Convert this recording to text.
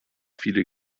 viele